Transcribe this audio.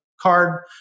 card